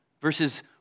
Verses